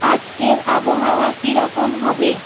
আজকের আবহাওয়া কি রকম হবে